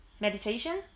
meditation